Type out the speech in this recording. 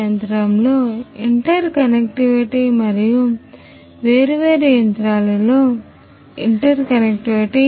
యంత్రంలో ఇంటర్కనెక్టివిటీ మరియు వేర్వేరు యంత్రాలలో ఇంటర్కనెక్టివిటీ